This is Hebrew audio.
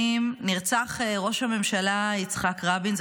היום לפני 29 שנים נרצח ראש הממשלה יצחק רבין,